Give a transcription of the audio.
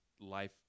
life